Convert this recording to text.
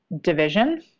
division